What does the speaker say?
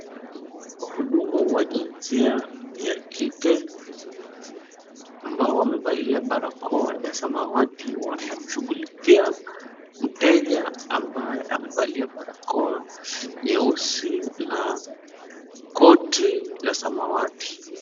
Wahudumu wa jinsia ya kike ambao wamevalia barakoa ya samawati, wanamshughulikia mteja ambaye amevalia barakoa nyeusi na koti la samawati.